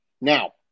Now